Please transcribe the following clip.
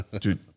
dude